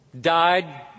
died